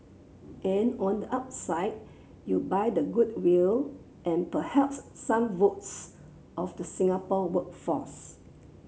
and on the upside you buy the goodwill and perhaps some votes of the Singapore workforce